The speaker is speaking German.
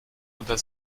unter